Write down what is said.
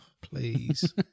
Please